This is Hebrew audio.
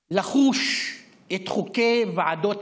לחוש את חוקי ועדות הקבלה,